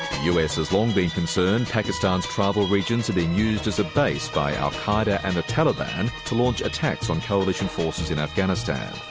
us has long been concerned pakistan's tribal regions have been used as a base by al-qa'eda and the taliban to launch attacks on coalition forces in afghanistan.